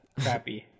crappy